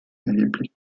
erheblich